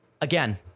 Again